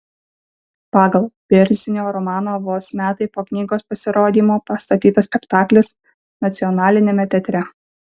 pagal bėrzinio romaną vos metai po knygos pasirodymo pastatytas spektaklis nacionaliniame teatre